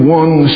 one